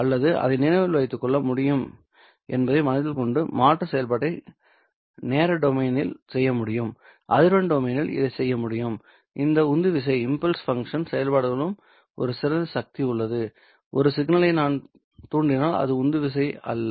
அல்லது அதை நினைவில் வைத்துக் கொள்ள முடியும் என்பதை மனதில் கொண்டு மாற்றும் செயல்பாட்டை நேர டொமைன் இல் செய்ய முடியும் அதிர்வெண் டொமைன் இல் இதைச் செய்ய முடியும் இந்த உந்துவிசை செயல்பாடுகளுக்கு ஒரு சிறப்புச் சக்தி உள்ளது ஒரு சிக்னலை நான் தூண்டினால் அது உந்துவிசை அல்ல